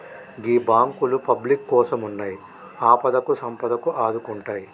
గీ బాంకులు పబ్లిక్ కోసమున్నయ్, ఆపదకు సంపదకు ఆదుకుంటయ్